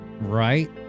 Right